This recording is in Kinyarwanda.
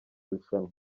rushanwa